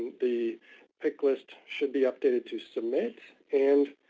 the pick list should be updated to submit and